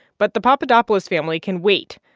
but the papadopoulos family can wait.